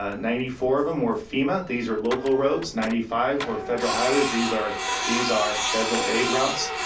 ah ninety four of them were fema. these are local roads, ninety five were federal highways. these are these are federal aid routes.